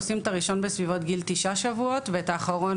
עושים את הראשון בסביבות גיל תשעה שבועות ואת האחרון